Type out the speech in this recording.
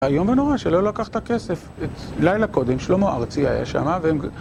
איום ונורא שלא לקח ת'כסף, את..לילה קודם שלמה ארצי היה שמה...